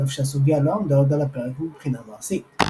על אף שהסוגיה לא עמדה עוד על הפרק מבחינה מעשית.